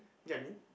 get I mean